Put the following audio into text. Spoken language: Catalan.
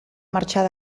marxar